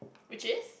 which is